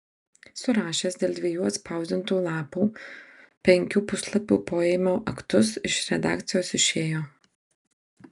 surašęs dėl dviejų atspausdintų lapų penkių puslapių poėmio aktus iš redakcijos išėjo